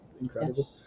incredible